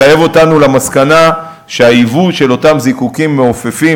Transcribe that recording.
מחייבת אותנו למסקנה שהייבוא של אותם זיקוקים מעופפים